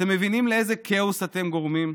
אתם מבינים לאיזה כאוס אתם גורמים?